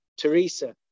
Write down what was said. Teresa